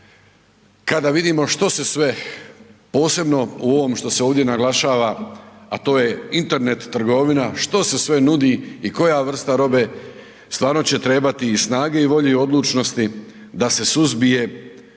kada vidimo što se sve, posebno u ovom što se ovdje naglašava, a to je internet trgovina, što se sve nudi i koja vrsta robe, stvarno će trebati i snage i volje i odlučnosti da se suzbije